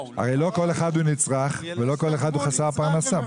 הרי לא כל אחד הוא נצרך ולא כל אחד הוא חסר פרנסה.